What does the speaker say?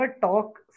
talk